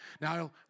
Now